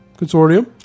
Consortium